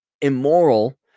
immoral